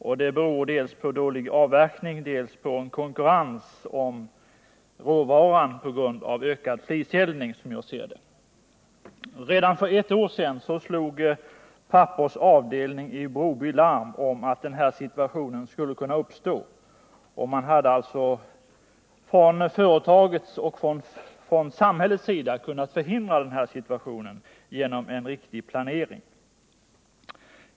Bristen beror dels på dålig avverkning, dels på konkurrens om råvaran, som jag ser det på grund av ökad fliseldning. Redan för ett år sedan slog Pappers avdelning i Broby larm om att denna situation skulle kunna uppstå. Företaget och samhället hade alltså genom en riktig planering kunnat förhindra denna situation.